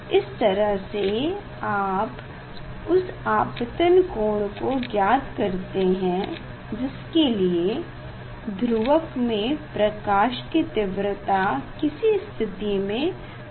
इस तरह से आप उस आपतन कोण को ज्ञात करते हैं जिसके लिए ध्रुवक में प्रकाश की तीव्रता किसी स्थिति में शून्य हो